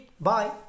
Bye